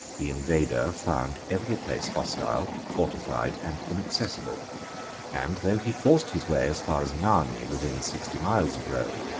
the invader found every place hostile, fortified, and inaccessible and though he forced his way as far as narni, within sixty miles of rome,